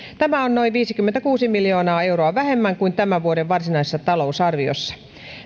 tämä on noin viisikymmentäkuusi miljoonaa euroa vähemmän kuin tämän vuoden varsinaisessa talousarviossa